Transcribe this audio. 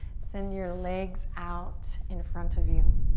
send your legs out in front of you.